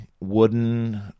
wooden –